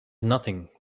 nothing